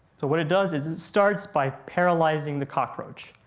so what it does is, it starts by paralyzing the cockroach.